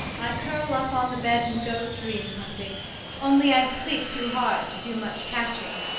i curl up on the bed and go dream-hunting only i sleep too hard to do much catching.